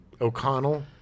O'Connell